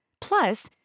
Plus